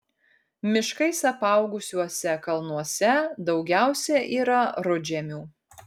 miškais apaugusiuose kalnuose daugiausia yra rudžemių